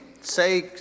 say